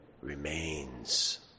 remains